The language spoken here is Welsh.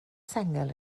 sengl